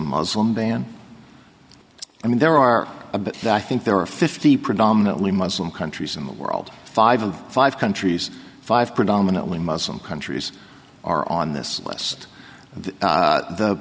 muslim band i mean there are a but i think there are fifty predominantly muslim countries in the world five of five countries five predominantly muslim countries are on this list and the